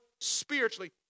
spiritually